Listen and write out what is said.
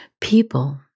People